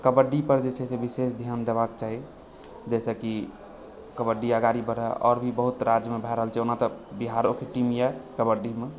कबड्डी पर जे छै से विशेष ध्यान देबाक चाही जाहिसँ कि कबड्डी अगाड़ी बढ़य आओर भी बहुत राज्यमे भए रहल छै ओना तऽ बिहारोके टीमया कबड्डीमे